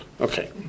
Okay